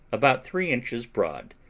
about three inches broad,